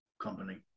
Company